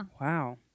Wow